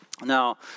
Now